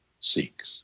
seeks